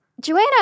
Joanna